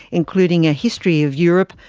including a history of europe,